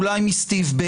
אולי מסטיב?